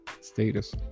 status